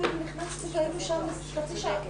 אני רוצה להציע גם את הנושא שלאלימות כלכלית.